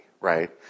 right